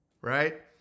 Right